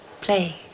Play